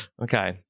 Okay